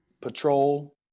patrol